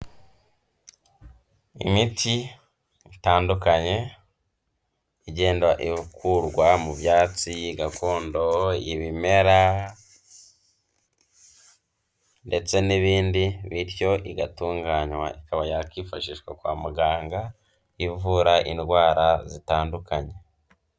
Imiti itandukanye igenda ikurwa mu byatsi gakondo, ibimera ndetse n'ibindi bityo igatunganywa ikaba yakwifashishwa kwa muganga ivura indwara zitandukanye.